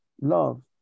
love